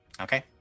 Okay